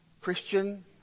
Christian